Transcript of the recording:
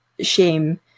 shame